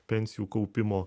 pensijų kaupimo